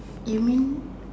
you mean